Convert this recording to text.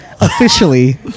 officially